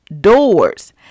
doors